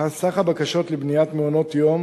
סך הבקשות לבניית מעונות יום